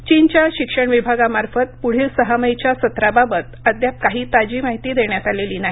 चीनच्या शिक्षण विभागामार्फत पुढील सहामाहीच्या सत्राबाबत अद्याप काही ताजी माहिती देण्यात आलेली नाही